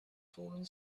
falling